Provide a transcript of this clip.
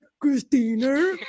christina